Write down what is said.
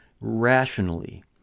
rationally